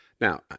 Now